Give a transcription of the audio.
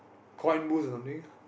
coin boost or something